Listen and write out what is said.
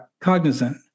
Cognizant